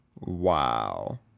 Wow